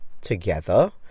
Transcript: together